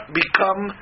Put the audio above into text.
become